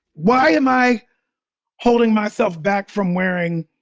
why am i holding myself back from wearing